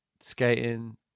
Skating